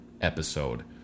episode